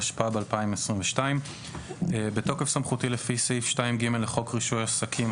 התשפ"ב-2022 בתוקף סמכותי לפי סעיף 2ג לחוק רישוי עסקים,